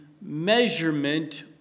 measurement